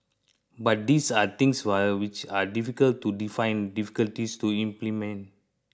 but these are things which are difficult to define difficulties to implement